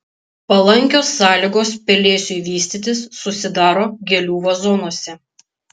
palankios sąlygos pelėsiui vystytis susidaro gėlių vazonuose